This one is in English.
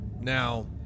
now